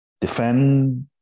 defend